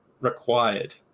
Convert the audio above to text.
required